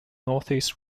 northeast